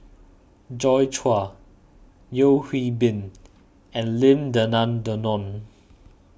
Joi Chua Yeo Hwee Bin and Lim Denan Denon